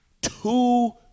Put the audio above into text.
two